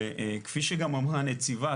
כפי שגם אמרה הנציבה,